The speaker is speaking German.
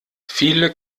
viele